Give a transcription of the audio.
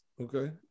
okay